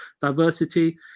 diversity